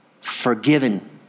forgiven